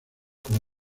como